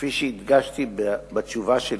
כפי שהדגשתי בתשובה שלי,